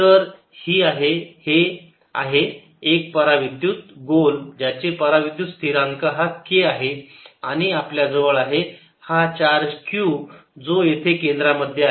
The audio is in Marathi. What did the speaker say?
तर ही आहे हे आहे एक परा विद्युत गोल ज्याचे परा विद्युत स्थिरांक हा k आहे आणि आपल्या जवळ आहे हा चार्ज q जो येथे केंद्रामध्ये आहे